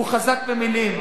והוא חזק במלים.